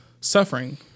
suffering